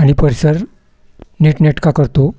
आणि परिसर नीटनेटका करतो